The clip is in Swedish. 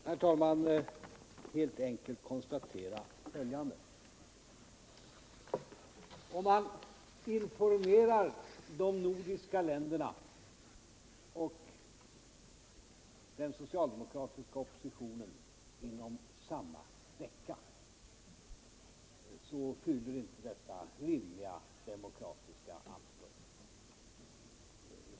Herr talman! Jag vill helt enkelt konstatera följande: Om man informerade de nordiska länderna och den socialdemokratiska oppositionen inom samma vecka, så fyller inte detta rimliga demokratiska anspråk.